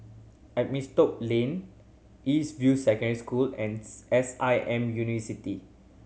Lane East View Secondary School and S I M University